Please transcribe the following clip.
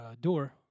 door